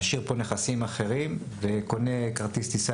משאיר כאן נכסים אחרים וקונה כרטיס טיסה